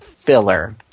filler